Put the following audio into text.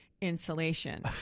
insulation